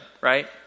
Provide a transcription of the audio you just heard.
right